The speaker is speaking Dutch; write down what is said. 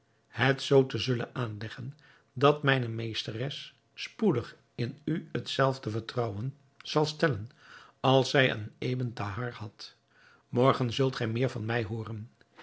het zoo te zullen aanleggen dat mijne meesteres spoedig in u het zelfde vertrouwen zal stellen als zij in ebn thahar had morgen zult gij meer van mij hooren